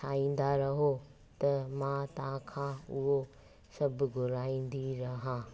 ठाईंदा रहो त मां तव्हांखा उहो सभु घुराईंदी रहां